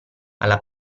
alla